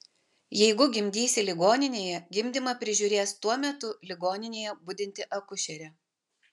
jeigu gimdysi ligoninėje gimdymą prižiūrės tuo metu ligoninėje budinti akušerė